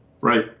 Right